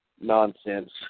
nonsense